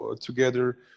together